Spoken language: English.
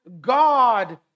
god